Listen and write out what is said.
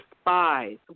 spies